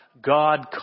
God